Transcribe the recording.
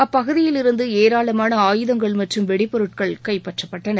அப்பகுதியிலிருந்து ஏராளமான ஆயுதங்கள் மற்றும் வெடிப்பொருட்கள் கைப்பற்றப்பட்டன